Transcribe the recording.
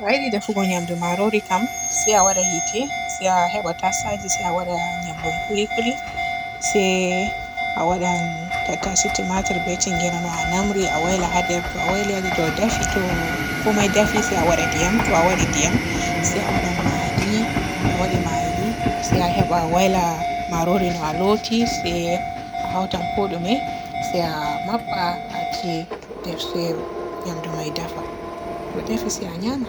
To a yiɗi defugo nyamdu marori kam se a waada yiite, se a heba tasaje se a waada nyebbam kulikuli, se a waadan tattase, tumatir, be tingere, no a namri se a wayla haa nder. To a wayli haa nder to dafi to komai defi se a waada ndiyam, to a waaɗi ndiyam se a waada maggi, to a waaɗi maggi se a heba wayla marori no a looti se a hautan kooɗume se a mabba acci nder fe'ol nyamdu may defa, to defi se a nyama.